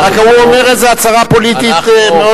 רק הוא אומר איזו הצהרה פוליטית מאוד חשובה.